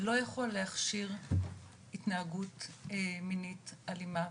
אבל הוא לא יכול להכשיר התנהגות מינית אלימה.